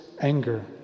anger